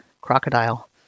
crocodile